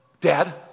Dad